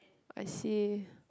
I see